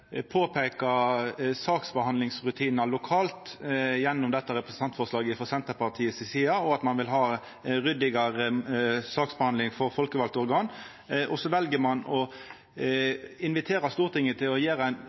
påpeikar saksbehandlingsrutinar lokalt – gjennom dette representantforslaget frå Senterpartiet – og at ein vil ha ryddigare saksbehandling for folkevalde organ, og så vel å invitera Stortinget til å